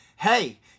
hey